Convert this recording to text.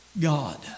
God